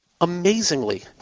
amazingly